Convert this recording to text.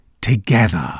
together